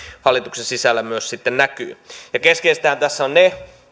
hallituksen sisällä myös sitten näkyy keskeistähän tässä ovat ne